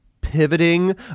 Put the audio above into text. pivoting